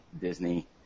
Disney